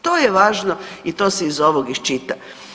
To je važno i to se iz ovog iščita.